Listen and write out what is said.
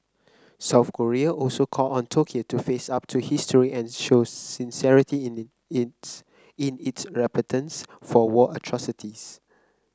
South Korea also called on Tokyo to face up to history and show sincerity in it its in its repentance for war atrocities